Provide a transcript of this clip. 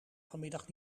vanmiddag